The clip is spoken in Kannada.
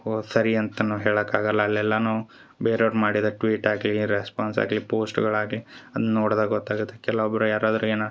ಓ ಸರಿ ಅಂತನು ಹೇಳಕಾಗಲ್ಲ ಅಲ್ಲಿ ಎಲ್ಲಾನು ಬೇರೆಯವ್ರು ಮಾಡಿದಾರೆ ಟ್ವಿಟ್ ಆಗಲಿ ರೆಸ್ಪಾನ್ಸ್ ಆಗಲಿ ಪೋಸ್ಟ್ಗಳಾಗಲಿ ಅದನ್ನ ನೋಡದಾಗ ಗೊತ್ತಾಗತ್ತೆ ಕೆಲೊಬ್ರು ಯಾರದಾರು ಏನು